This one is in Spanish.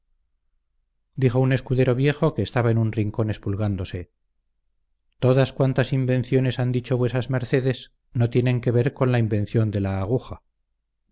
dijo un escudero viejo que estaba en un rincón espulgándose todas cuantas invenciones han dicho vuesas mercedes no tienen que ver con la invención de la aguja